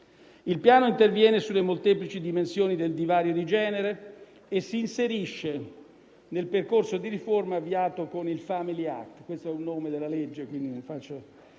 Il Piano interviene sulle molteplici dimensioni del divario di genere e si inserisce nel percorso di riforma avviato con il Family Act (questo il nome della legge). Il Governo